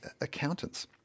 accountants